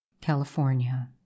California